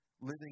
living